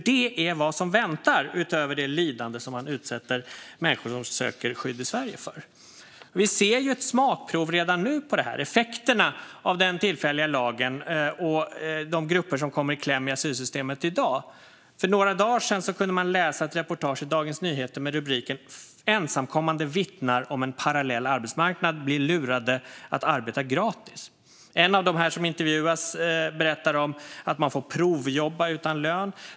Det är detta som väntar, utöver det lidande som man utsätter människor för som söker skydd i Sverige. Vi ser redan nu ett smakprov på detta i effekterna av den tillfälliga lagen och de grupper som i dag kommer i kläm i asylsystemet. För några dagar sedan kunde man läsa ett reportage i Dagens Nyheter med rubriken "Ensamkommande vittnar om en parallell arbetsmarknad - blir lurade att arbeta gratis". En av dem som intervjuas berättar om att man får provjobba utan lön.